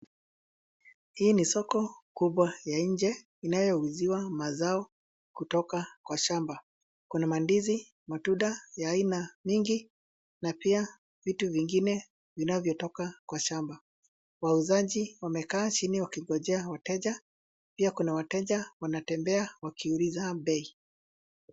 Hii ni soko kubwa ya nje inayouziwa mazao kutoka kwa shamba. Kuna mandizi matunda ya aina mingi na pia vitu vingine vinavyotoka kwa shamba. Wauzaji wamekaa chini wakingojea wateja. Pia kuna wateja wanatembea wakiuliza bei.